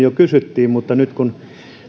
jo aiemmin kysyttiin mutta nyt kun